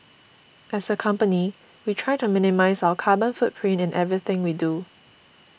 as a company we try to minimise our carbon footprint in everything we do